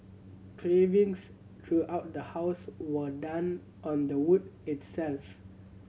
cravings throughout the house were done on the wood itself